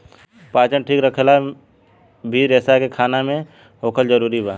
पाचन ठीक रखेला भी रेसा के खाना मे होखल जरूरी बा